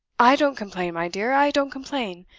i don't complain, my dear, i don't complain.